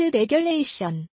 regulation